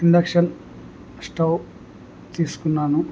induction stove తీసుకున్నాను